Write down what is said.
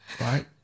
right